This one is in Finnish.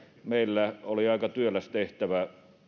meillä oli aika työläs tehtävä